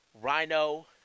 Rhino